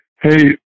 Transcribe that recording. Hey